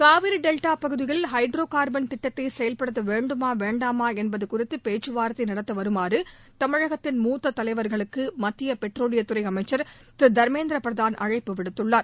Kaveri delta பகுதியில் hydrocarbon திட்டத்தை செயல்படுத்த வேண்டுமா வேண்டாமா என்பது குறித்து பேச்சுவார்த்தை நடத்த வருமாறு தமிழகத்தின் மூத்தத் தலைவா்களுக்கு மத்திய பெட்ரோலியத் துறை அமைச்சர் திரு தர்மேந்திர பிரதான் அழைப்பு விடுத்துள்ளார்